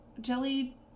Jelly